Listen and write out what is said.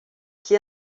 qui